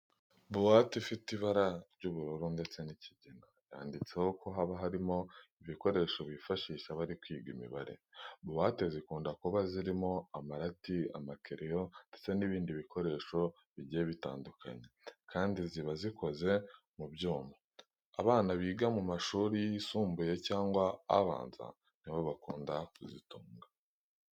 Buwate ifite ibara ry'ubururu ndetse n'ikigina yanditseho ko haba harimo ibikoresho bifashisha bari kwiga imibare. Buwate zikunda kuba zirimo amarati, amakereyo ndetse n'ibindi bikoresho bigiye bitandukanye kandi ziba zikoze mu byuma. Abana biga mu mashuri yisumbuye cyangwa abanza ni bo bakunda kuzitunga.